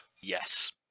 yes